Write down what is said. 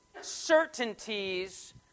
certainties